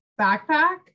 backpack